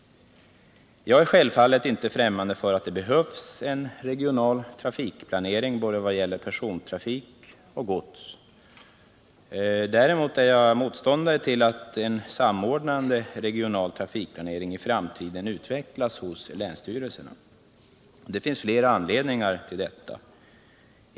Jag är självfallet inte främmande för att det behövs en regional trafikplanering, både vad gäller persontrafik och vad gäller gods. Däremot är jag motståndare till att en samordnande regional trafikplanering i framtiden utvecklas hos länsstyrelserna. Det finns flera anledningar till detta.